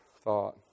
thought